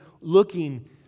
looking